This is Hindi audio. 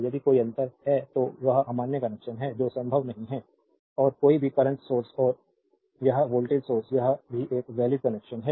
यदि कोई अंतर है तो वह अमान्य कनेक्शन है जो संभव नहीं है और कोई भी करंट सोर्स और यह वोल्टेज सोर्स यह भी एक वैलिड कनेक्शन है